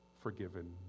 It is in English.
forgiven